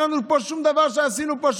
אז אין לנו פה שום דבר שעשינו פה,